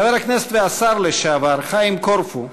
חבר הכנסת והשר לשעבר חיים קורפו,